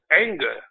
anger